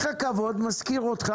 מילה,